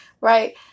right